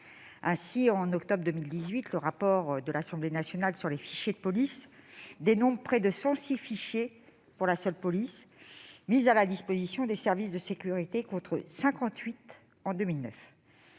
Ainsi, en octobre 2018, le rapport de l'Assemblée nationale sur les fichiers de police dénombre près de 106 fichiers « mis à la disposition des services de sécurité », contre 58 en 2009.